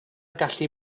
gallu